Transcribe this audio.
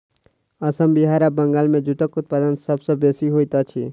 असम बिहार आ बंगाल मे जूटक उत्पादन सभ सॅ बेसी होइत अछि